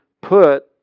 put